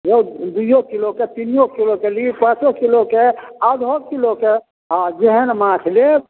यौ दुइयो किलोके तीनियो किलोके ली पाँचो किलोके आधो किलोके हँ जेहन माछ लेब